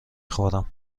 خورم